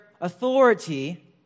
authority